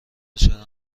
چرا